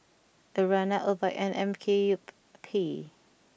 Urana Obike and Mkup